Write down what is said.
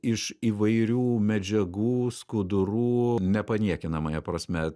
iš įvairių medžiagų skudurų nepaniekinamąja prasme